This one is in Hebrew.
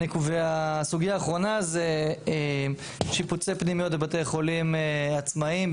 הסוגיה האחרונה זה שיפוצי פנימיות בבתי חולים עצמאיים.